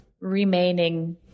remaining